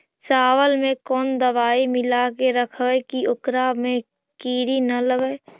चावल में कोन दबाइ मिला के रखबै कि ओकरा में किड़ी ल लगे?